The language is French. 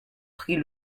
prit